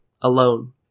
alone